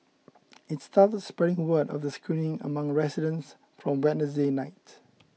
it started spreading word of the screening among residents from Wednesday night